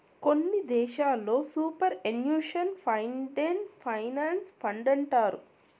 కొన్ని దేశాల్లో superannuation ఫండేనే పెన్సన్ ఫండంటారు